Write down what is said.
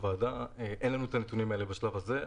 אין לנו את הנתונים בשלב הזה.